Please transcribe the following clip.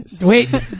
Wait